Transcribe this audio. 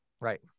Right